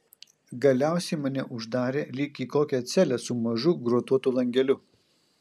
galiausiai mane uždarė lyg į kokią celę su mažu grotuotu langeliu